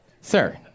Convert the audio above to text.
Sir